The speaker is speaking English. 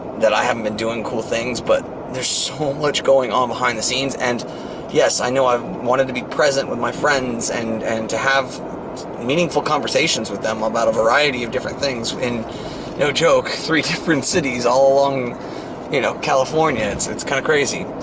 that i haven't been doing cool things, but there's so much going on behind the scenes, and yes, i know i wanted to be present with my friends and and to have meaningful conversations with them ah about a variety of different things in no joke, three different cities all along you know california. it's it's kind of crazy,